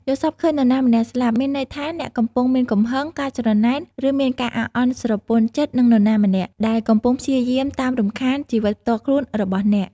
យល់សប្តិឃើញនរណាម្នាក់ស្លាប់ មានន័យថាអ្នកកំពុងមាន កំហឹង ការច្រណែន ឬមានការអាក់អន់ស្រពន់ចិត្តនឹងនរណាម្នាក់ ដែលកំពុងព្យាយាមតាមរំខាន ជីវិតផ្ទាល់ខ្លួនរបស់អ្នក។